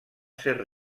ser